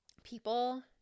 people